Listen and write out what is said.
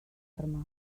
arma